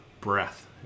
breath